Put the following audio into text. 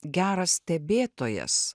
geras stebėtojas